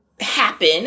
happen